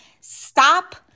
stop